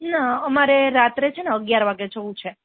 ના અમારે રાત્રે છે ને અગિયાર વાગ્યે જવું છે